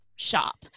shop